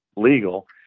legal